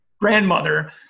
grandmother